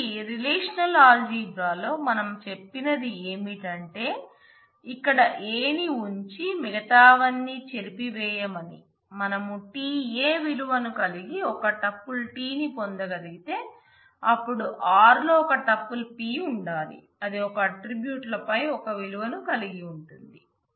కాబట్టి రిలేషనల్ ఆల్జీబ్రాలో మనం చెప్పినది ఏమిటంటే ఇక్కడ a నీ ఉంచి మిగతావన్నీ చెరిపి వేయమని మనం t a విలువ కలిగిన ఒక టుపుల్ t ని పొందగలిగితే అప్పుడు r లో ఒక టుపుల్ p ఉండాలి ఇది ఒకే అట్ట్రిబ్యూట్ పై ఒకే విలువను కలిగి ఉంటుంది